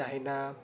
China